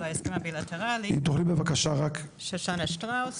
שושנה שטראוס